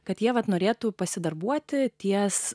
kad jie vat norėtų pasidarbuoti ties